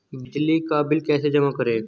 बिजली का बिल कैसे जमा करें?